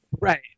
Right